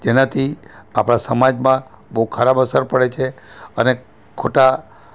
તેનાથી આપણા સમાજમાં બહુ ખરાબ અસર પડે છે અને ખોટા